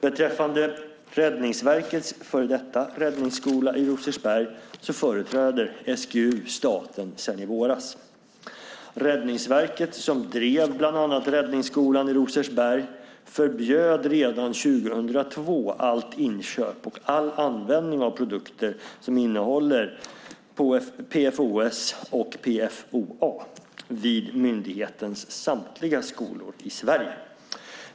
Beträffande Räddningsverkets före detta räddningsskola i Rosersberg företräder SGU staten sedan i våras. Räddningsverket, som drev bland annat räddningsskolan i Rosersberg, förbjöd redan 2002 allt inköp och all användning av produkter som innehåller PFOS och PFOA, perfluoroktansyra, vid myndighetens samtliga skolor i Sverige.